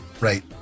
right